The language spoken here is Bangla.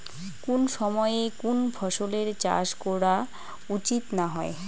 কুন সময়ে কুন ফসলের চাষ করা উচিৎ না হয়?